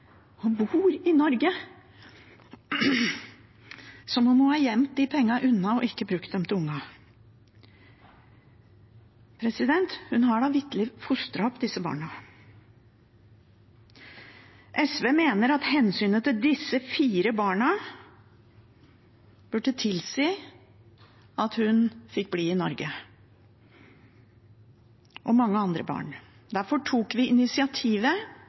de pengene unna og ikke brukt dem til ungene. Hun har da vitterlig fostret opp disse barna. SV mener at hensynet til disse fire barna, og til mange andre barn, burde tilsi at hun fikk bli i Norge. Derfor tok vi initiativet, og vi skulle ha en lovendring som eksplisitt tok